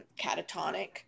catatonic